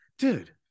Dude